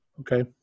Okay